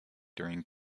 during